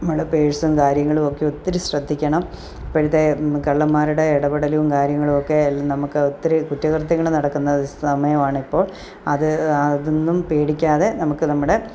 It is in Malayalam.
നമ്മളുടെ പേഴ്സും കാര്യങ്ങളും ഒക്കെ ഒത്തിരി ശ്രദ്ധിക്കണം ഇപ്പോഴത്തെ കള്ളന്മാരുടെ ഇടപെടലും കാര്യങ്ങളും ഒക്കെ നമുക്ക് ഒത്തിരി കുറ്റകൃത്യങ്ങൾ നടക്കുന്നൊരു സമയമാണ് ഇപ്പോൾ അത് അതൊന്നും പേടിക്കാതെ നമുക്ക് നമ്മുടെ